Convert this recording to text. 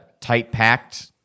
tight-packed